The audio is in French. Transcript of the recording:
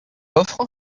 offre